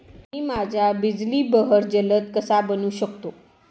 मी माझ्या बिजली बहर जलद कसा बनवू शकतो?